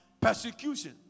persecution